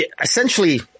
essentially